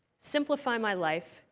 simplify my life.